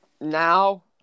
now